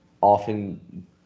often